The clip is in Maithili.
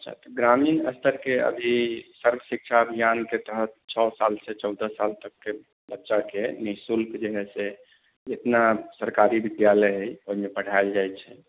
अच्छा तऽ ग्रामीण स्तरके अभी सर्वशिक्षा अभियानके तहत छओ साल से चौदह साल तकके बच्चाकेँ नि शुल्क जे है से जेतना सरकारी विद्यालय हइ ओहिमे पढ़ायल जाइ छै